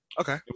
Okay